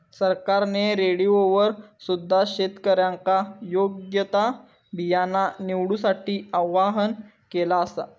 सरकारने रेडिओवर सुद्धा शेतकऱ्यांका योग्य ता बियाणा निवडूसाठी आव्हाहन केला आसा